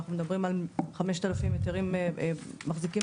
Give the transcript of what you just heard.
אנחנו מדברים על 5000 היתרים מחזיקים